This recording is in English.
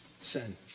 sin